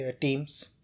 teams